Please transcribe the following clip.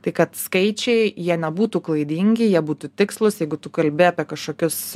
tai kad skaičiai jie nebūtų klaidingi jie būtų tikslūs jeigu tu kalbi apie kažkokius